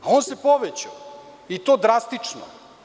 On se povećao, i to drastično.